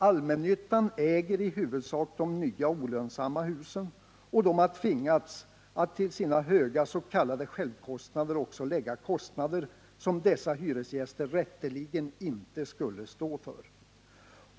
Allmännyttan äger i huvudsak de nya och olönsamma husen och har tvingats att till sina höga s.k. självkostnader också lägga kostnader som dess hyresgäster rätteligen inte skulle stå för.